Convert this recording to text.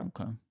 Okay